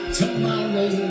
tomorrow